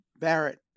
Barrett